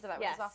yes